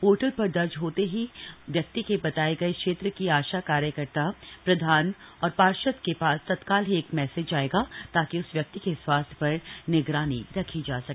portal पर दर्ज होते ही उस व्यक्ति के बताये गये क्षेत्र की आशा कार्यकत्री प्रधान और पार्षद के पास तत्काल ही एक मैसेज जायेगा ताकि उस व्यक्ति के स्वास्थ्य पर निगरानी रखी जा सके